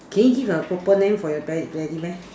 can you give a proper name for your ted~ teddy bear